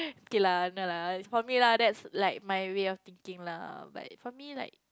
kay lah no lah for me lah that's like my way of thinking lah but for me like